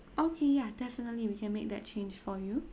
okay ya definitely we can make that change for you